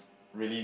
really